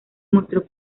mostró